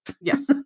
Yes